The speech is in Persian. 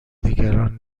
دیگران